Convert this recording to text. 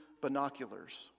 binoculars